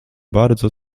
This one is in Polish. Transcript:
bardzo